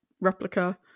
replica